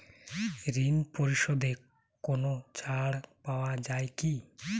ঋণ পরিশধে কোনো ছাড় পাওয়া যায় কি?